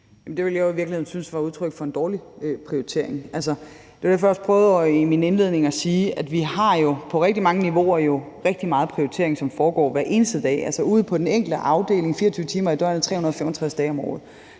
det ville jeg jo i virkeligheden synes var et udtryk for en dårlig prioritering. Det var jo også derfor, jeg i min indledning prøvede at sige, at vi på rigtig mange niveauer har rigtig meget prioritering, som foregår hver eneste dag, altså ude på den enkelte afdeling, 24 timer i døgnet, 365 dage om året.